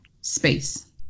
space